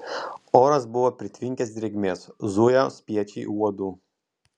oras buvo pritvinkęs drėgmės zujo spiečiai uodų